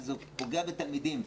שזה פוגע בתלמידים.